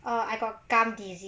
orh I got gum disease